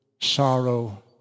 sorrow